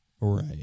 Right